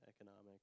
economic